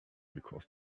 because